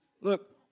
Look